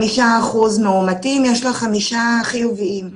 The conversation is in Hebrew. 5% מאומתים יש לך 5 חיוביים.